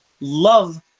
love